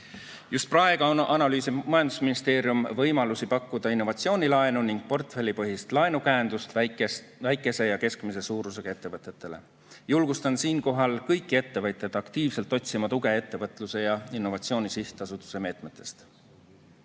Just praegu analüüsib majandusministeerium võimalusi pakkuda innovatsioonilaenu ning portfellipõhist laenukäendust väikese ja keskmise suurusega ettevõtetele. Julgustan siinkohal kõiki ettevõtjaid aktiivselt otsima tuge Ettevõtluse ja Innovatsiooni Sihtasutuse meetmetest. Täna